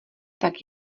tak